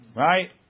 right